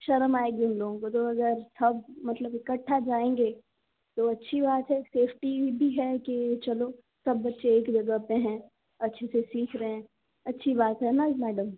शर्म आएगी इन लोगों को तो अगर सब मतलब इक्कठा जाएंगे तो अच्छी बात है सेफ़्टी भी है कि चलो सब बच्चे एक जगह पर है अच्छे से सीख रहे हैं अच्छी बात है न मैडम